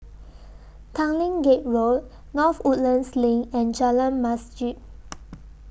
Tanglin Gate Road North Woodlands LINK and Jalan Masjid